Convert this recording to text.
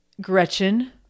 Gretchen